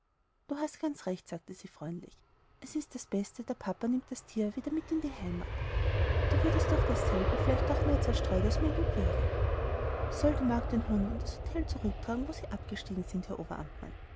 du hast ganz recht sagte sie freundlich es ist das beste der papa nimmt das tier wieder mit in die heimat du würdest durch dasselbe vielleicht doch mehr zerstreut als mir lieb wäre soll die magd den hund in das hotel zurücktragen wo sie abgestiegen sind